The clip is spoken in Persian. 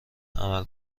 عمل